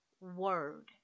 word